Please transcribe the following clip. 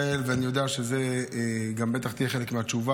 ואני יודע שזה גם בטח יהיה חלק מהתשובה,